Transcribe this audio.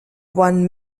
one